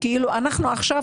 כאילו אנחנו כאן עכשיו,